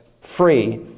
free